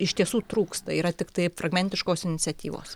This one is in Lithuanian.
iš tiesų trūksta yra tiktai fragmentiškos iniciatyvos